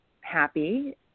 happy